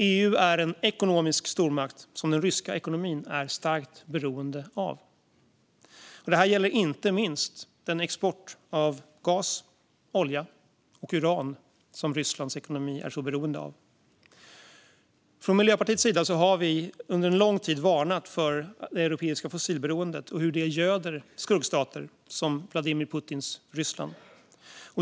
EU är en ekonomisk stormakt som den ryska ekonomin är starkt beroende av. Detta gäller inte minst den export av gas, olja och uran som Rysslands ekonomi är beroende av. Från Miljöpartiets sida har vi under lång tid varnat för det europeiska fossilberoendet och hur det göder skurkstater som Vladimir Putins Ryssland.